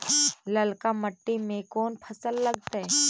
ललका मट्टी में कोन फ़सल लगतै?